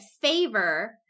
favor